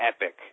epic